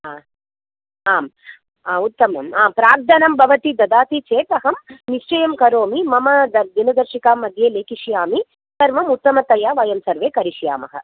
हा आम् उत्तमं प्राक्तनं भवती ददाति चेत् अहं निश्चयं करोमि मम दर् दिनदर्शिकां मध्ये लेखिष्यामि सर्वम् उत्तमतया वयं सर्वे करिष्यामः